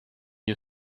you